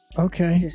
Okay